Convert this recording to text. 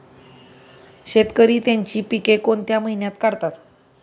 शेतकरी त्यांची पीके कोणत्या महिन्यात काढतात?